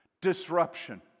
disruption